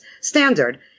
standard